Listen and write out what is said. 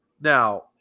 Now